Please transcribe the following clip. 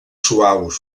suaus